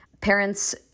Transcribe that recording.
parents